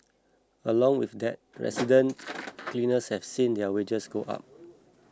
along with that resident cleaners have also seen their wages go up